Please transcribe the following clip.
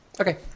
Okay